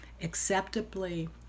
Acceptably